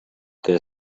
que